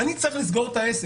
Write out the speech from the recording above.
אני צריך לסגור את העסק.